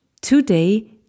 today